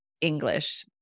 English